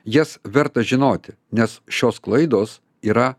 jas verta žinoti nes šios klaidos yra